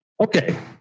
okay